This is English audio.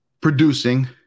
producing